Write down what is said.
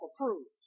approved